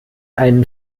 einen